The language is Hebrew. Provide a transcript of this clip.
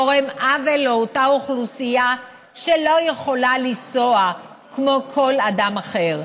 גורם עוול לאותה אוכלוסייה שלא יכולה לנסוע כמו כל אדם אחר.